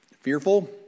fearful